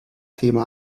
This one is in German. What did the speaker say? thema